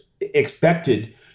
expected